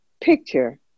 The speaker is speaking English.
picture